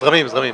זרמים, זרמים.